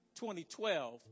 2012